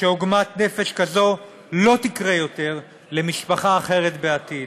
שעוגמת נפש כזו לא תקרה יותר למשפחה אחרת בעתיד.